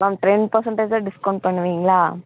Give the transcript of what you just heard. ma'am ten percentage தான் discount பண்ணுவீங்களா